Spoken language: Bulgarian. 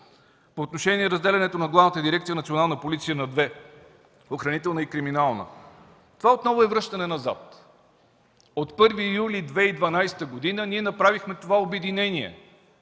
По отношение разделянето на Главна дирекция „Национална полиция” на две – охранителна и криминална. Това е отново връщане назад. От 1 юли 2012 г. ние направихме това обединение,